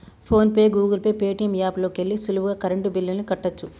phone pay, Google Pay, Paytm app లోకెల్లి సులువుగా current బిల్లుల్ని కట్టచ్చు